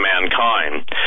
mankind